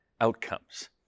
outcomes